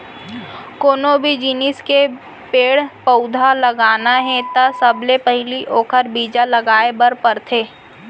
कोनो भी जिनिस के पेड़ पउधा लगाना हे त सबले पहिली ओखर बीजा लगाए बर परथे